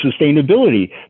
sustainability